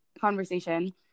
conversation